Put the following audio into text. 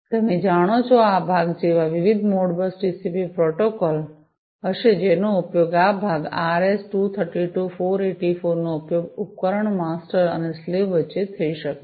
તમે જાણો છો આ ભાગ જેવા વિવિધ મોડબસ ટીસીપી પ્રોટોકોલ હશે જેનો ઉપયોગ આ ભાગ આરએસ 232 484 નો ઉપયોગ ઉપકરણ માસ્ટર અને સ્લેવ વચ્ચે થઈ શકે છે